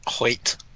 Wait